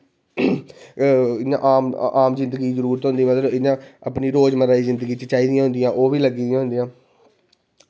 होर आम जिंदगी दी जरूरत होंदी जियां रोज़मर्रा च चाही दियां होंदियां ओह्बी लग्गी दियां होंदियां